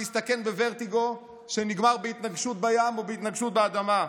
ולהסתכן בוורטיגו שנגמר בהתנגשות בים או בהתנגשות באדמה,